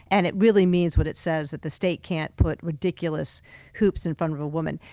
and it really means what it says, that the state can't put ridiculous hoops in front of a woman.